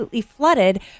flooded